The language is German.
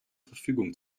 verfügung